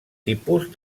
tipus